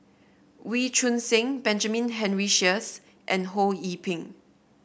Wee Choon Seng Benjamin Henry Sheares and Ho Yee Ping